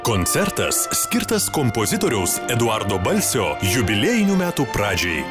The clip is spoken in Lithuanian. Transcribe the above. koncertas skirtas kompozitoriaus eduardo balsio jubiliejinių metų pradžiai